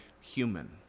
human